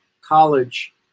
college